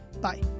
bye